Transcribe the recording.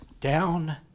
down